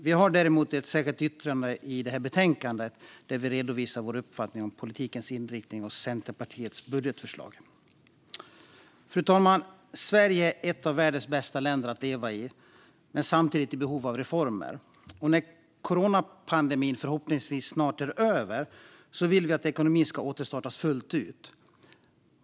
Vi har däremot ett särskilt yttrande i betänkandet där vi redovisar vår uppfattning om politikens inriktning och Centerpartiets budgetförslag. Fru talman! Sverige är ett av världens bästa länder att leva i men är samtidigt i behov av reformer. När coronapandemin förhoppningsvis snart är över vill vi att ekonomin ska återstartas fullt ut.